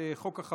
מאיר